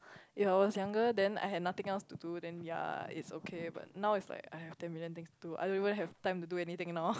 if I was younger then I have nothing else to do then yea it's okay but now it's like I have ten million things to do I don't even have time to do anything now